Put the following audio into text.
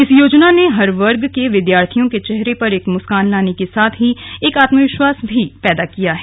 इस योजना ने हर वर्ग के विद्यार्थियों के चेहरों पर एक मुस्कान लाने के साथ ही एक आत्मविश्वास भी पैदा किया है